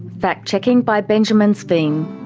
fact checking by benjamin sveen.